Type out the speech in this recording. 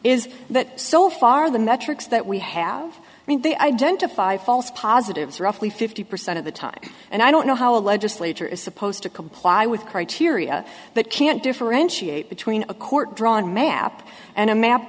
is that so far the metrics that we have i mean they identify false positives roughly fifty percent of the time and i don't know how a legislature is supposed to comply with criteria that can't differentiate between a court drawn map and a map